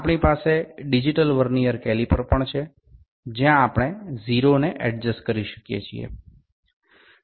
આપણી પાસે digital vernier caliper પણ છે જ્યાં આપણે 0 ને એડજસ્ટ કરી શકીએ છીએ